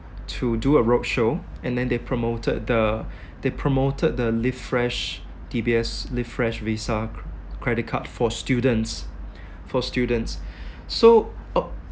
to do a roadshow and then they promoted the they promoted the live fresh D_B_S live fresh visa credit card for students for students so